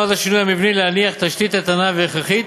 נועד השינוי המבני להניח תשתית איתנה והכרחית